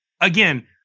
again